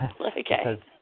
Okay